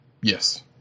yes